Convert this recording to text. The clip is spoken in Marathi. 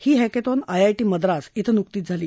ही हॅक्थ्रॉन आयआयटी मद्रास इथं नुकतीच झाली